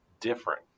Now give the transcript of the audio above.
different